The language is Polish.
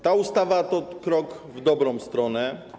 Ta ustawa to krok w dobrą stronę.